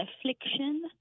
affliction